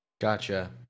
Gotcha